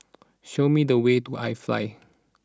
show me the way to iFly